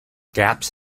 gaps